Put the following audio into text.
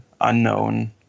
unknown